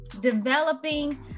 developing